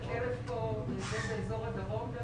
זה באזור הדרום זה